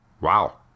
Wow